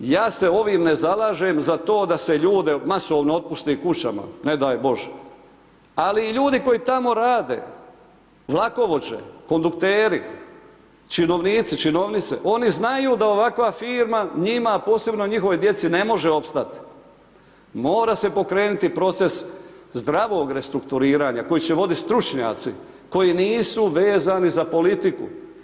Ja se ovim ne zalažem za to da se ljude masovno otpusti kućama, ne daj Bože, ali i ljudi koji tamo rade, vlakovođe, kondukteri, činovnici, činovnice, oni znaju da ovakva firma njima, posebno njihovoj djeci ne može opstat, mora se pokrenuti proces zdravog restrukturiranja koji će voditi stručnjaci koji nisu vezani za politiku.